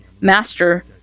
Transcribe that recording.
master